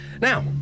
Now